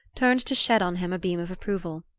turned to shed on him a beam of approval.